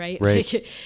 right